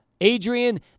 Adrian